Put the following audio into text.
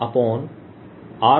dV 140Pr